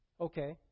okay